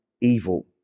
evil